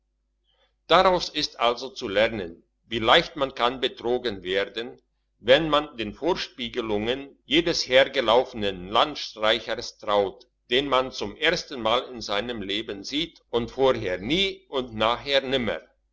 daraus ist also zu lernen wie leicht man kann betrogen werden wenn man den vorspiegelungen jedes hergelaufenen landstreichers traut den man zum ersten mal in seinem leben sieht und vorher nie und nachher nimmer